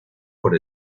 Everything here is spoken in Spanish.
por